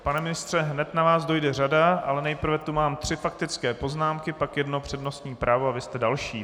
Pane ministře, hned na vás dojde řada, ale nejprve tu mám tři faktické poznámky, pak jedno přednostní právo a vy jste další.